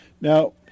Now